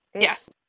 Yes